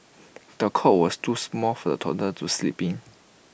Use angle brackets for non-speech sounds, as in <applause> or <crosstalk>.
<noise> the cot was too small for the toddler to sleep in